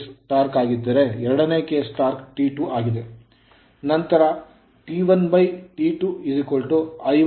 ಆದ್ದರಿಂದ ಇದು T1 ಮೊದಲ ಕೇಸ್ torque ಟಾರ್ಕ್ ಆಗಿದ್ದರೆ ಎರಡನೇ case case torque torque T2 ಆಗಿದೆ